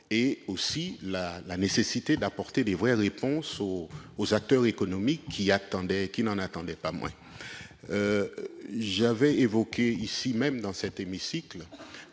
et sur la nécessité d'apporter de vraies réponses aux acteurs économiques, qui n'en attendaient pas moins. J'avais évoqué ici même combien il